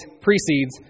precedes